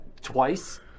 twice